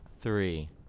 three